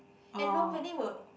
and nobody will